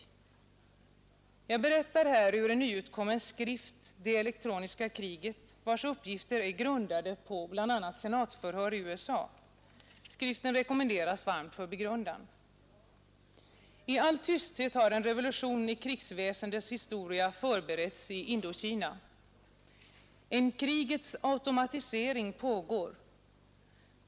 Jag berättar här ur en nyutkommen skrift, ”Det elektroniska kriget”, vars uppgifter är grundade på bl.a. senatsförhör i USA. Skriften rekommenderas varmt för begrundan. I all tysthet har en revolution i krigsväsendets historia förberetts i Indokina. En krigets automatisering pågår.